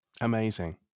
Amazing